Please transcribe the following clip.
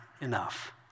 enough